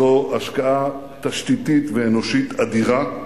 זו השקעה תשתיתית ואנושית אדירה,